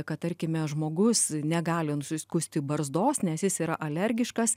kad tarkime žmogus negali nusiskusti barzdos nes jis yra alergiškas